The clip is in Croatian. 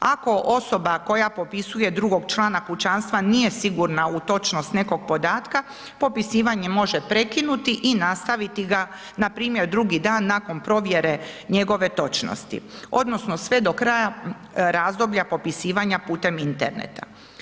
Ako osoba koja popisuje drugog člana kućanstva nije sigurna u točnost nekog podatka popisivanje može prekinuti i nastaviti ga npr. drugi dan nakon provjere njegove točnosti odnosno sve do kraja razdoblja popisivanja putem interneta.